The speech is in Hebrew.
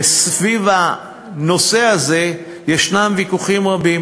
ויש סביב הנושא הזה ויכוחים רבים.